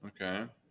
Okay